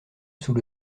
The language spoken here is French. sous